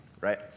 right